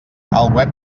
web